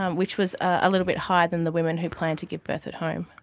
um which was a little bit higher than the women who planned to give birth at home.